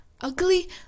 ugly